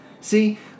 See